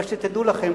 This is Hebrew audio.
אבל תדעו לכם,